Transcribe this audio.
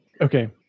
Okay